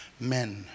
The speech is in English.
Men